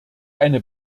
eine